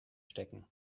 stecken